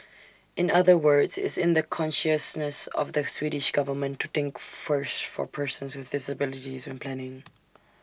in other words it's in the consciousness of the Swedish government to think first for persons with disabilities when planning